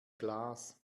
glas